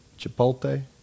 chipotle